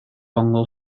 ongl